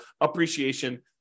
appreciation